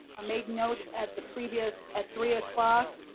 made note at the previous at three o'clock.